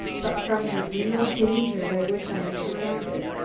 but from the real danger by which i am surrounded.